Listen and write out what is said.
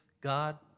God